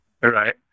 Right